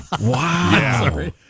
Wow